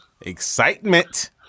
Excitement